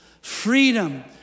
Freedom